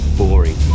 boring